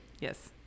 Yes